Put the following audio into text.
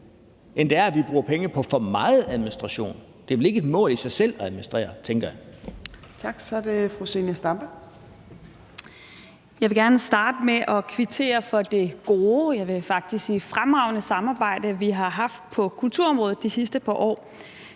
end det er, at vi bruger penge på for meget administration. Det er vel ikke et mål i sig selv at administrere, tænker jeg. Kl. 15:23 Anden næstformand (Trine Torp): Tak. Så er det fru Zenia Stampe. Kl. 15:23 Zenia Stampe (RV): Jeg vil gerne starte med at kvittere for det gode, jeg vil faktisk sige fremragende samarbejde, vi har haft på kulturområdet de sidste par år.